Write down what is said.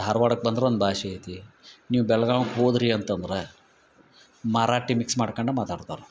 ಧಾರ್ವಾಡಕ್ ಬಂದ್ರ ಒನ್ ಬಾಷೆ ಐತಿ ನೀವ್ ಬೆಳ್ಗಾವ್ಗ್ ಹೋದ್ರಿ ಅಂತಂದ್ರ ಮರಾಟಿ ಮಿಕ್ಸ್ ಮಾಡ್ಕಂಡು ಮಾತಾಡ್ತರೆ